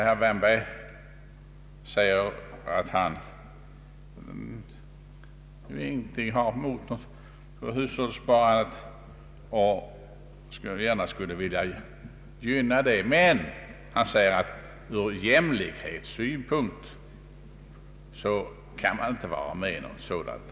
Herr Wärnberg säger att han ingenting har emot hushållssparande och att han gärna vill gynna det. Men, säger han, ur jämlikhetssynpunkt kan man inte vara med om sådant.